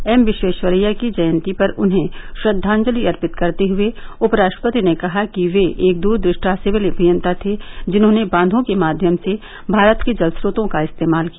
M Visvesvaraya की जयंती पर उन्हें श्रद्वांजलि अर्पित करते हुए उपराष्ट्रपति ने कहा कि वे एक दूरदृष्टा सिविल अभियंता थे जिन्होंने बांधों के माध्यम से भारत के जल स्प्रोतों का इस्तेमाल किया